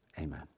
amen